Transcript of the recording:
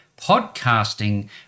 podcasting